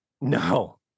No